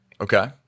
Okay